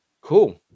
cool